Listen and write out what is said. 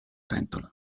pentola